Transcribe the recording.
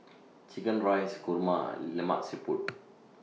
Chicken Rice Kurma and Lemak Siput